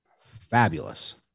fabulous